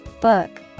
book